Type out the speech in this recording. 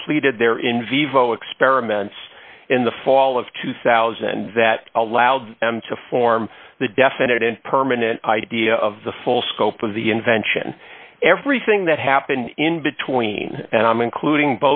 completed their in vivo experiments in the fall of two thousand that allowed them to form the definite and permanent idea of the full scope of the invention everything that happened in between and i'm including